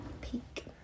Peak